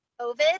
COVID